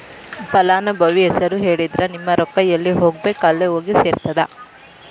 ಫಲಾನುಭವಿ ಹೆಸರು ಹೇಳಿದ್ರ ನಿಮ್ಮ ರೊಕ್ಕಾ ಎಲ್ಲಿ ಹೋಗಬೇಕ್ ಅಲ್ಲೆ ಹೋಗಿ ಸೆರ್ತದ